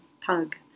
pug